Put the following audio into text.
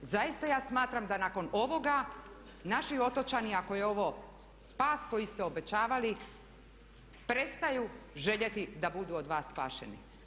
Zaista ja smatram da nakon ovoga naši otočani ako je ovo spas koji ste obećavali prestaju željeti da budu od vas spašeni.